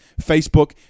Facebook